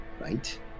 Right